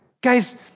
guys